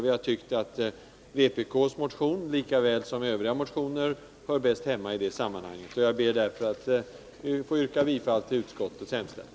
Vi har tyckt att vpk:s motion, lika väl som övriga motioner, hör bäst hemma i det sammanhanget. Jag ber därför att få yrka bifall till utskottets hemställan.